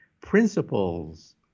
principles